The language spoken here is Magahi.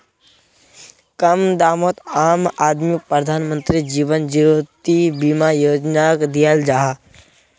कम दामोत आम आदमीक प्रधानमंत्री जीवन ज्योति बीमा योजनाक दियाल जाहा